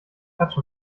klatsch